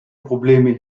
probleme